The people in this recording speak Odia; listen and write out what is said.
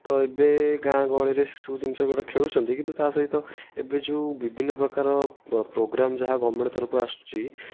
ତ ଏବେ ଗାଁ ଗହଳିରେ ସେ ସବୁ ଜିନିଷ ଗୋଟେ ଖେଳୁଛନ୍ତି କିନ୍ତୁ ତାସହିତ ଏବେ ଯେଉଁ ବିଭିନ୍ନ ପ୍ରକାର ପ୍ରୋଗ୍ରାମ୍ ଯାହା ଗଭର୍ଣ୍ଣମେଣ୍ଟ ତରଫରୁ ଆସୁଛି